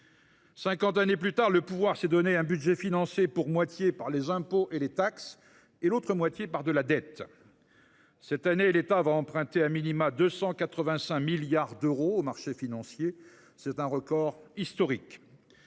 années plus tard, le pouvoir s’est donné un budget financé pour une moitié par les impôts et les taxes, pour l’autre moitié par de la dette. Cette année, l’État va emprunter 285 milliards d’euros sur les marchés financiers : un record historique.